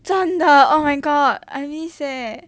真的 oh my god I miss eh